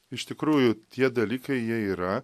iš tikrųjų tie dalykai jie yra